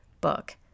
book